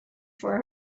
for